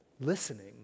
Listening